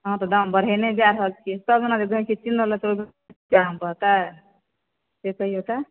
अहाँ तऽ दाम बढ़ेने जा रहल छियै सभ दिना जे भय से कीनै लए अऔते इएह दाम कहतै से क़हियौ तऽ